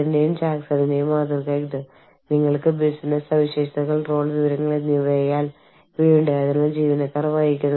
അവരുടെ ആവശ്യകതകൾ അവരുടെ കരാറുകൾ അവരുമായുള്ള നിങ്ങളുടെ ധാരണ അവരുമായി ഇടപെടുന്നതിനുള്ള നിങ്ങളുടെ തന്ത്രങ്ങൾ എന്നിവ ഓരോ രാജ്യത്തിനും വ്യത്യസ്തമായിരിക്കും